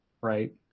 right